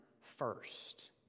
first